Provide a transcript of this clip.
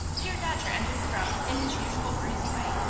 here dodger entered the room in his usual breezy way.